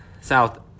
South